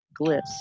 glyphs